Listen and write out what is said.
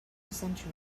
century